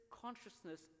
consciousness